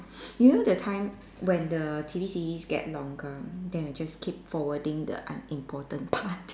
you know the time when the T_V series gets longer then you just keep forward the unimportant part